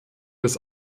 des